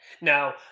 Now